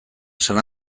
san